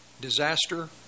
disaster